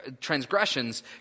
transgressions